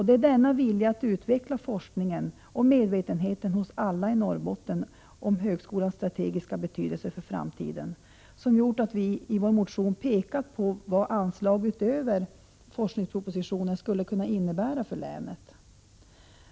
Det är denna vilja att utveckla forskningen och medvetenheten i Norrbotten om högskolans strategiska betydelse för framtiden som har gjort att vi skrivit vår motion och pekat på vad anslag utöver förslaget i forskningspropositionen skulle kunna innebära för länet.